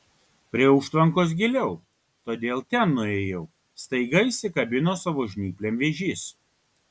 prie užtvankos giliau todėl ten nuėjau staiga įsikabino savo žnyplėm vėžys